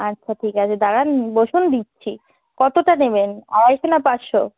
আচ্ছা ঠিক আছে দাঁড়ান বসুন দিচ্ছি কতটা নেবেন আড়াইশো না পাঁচশো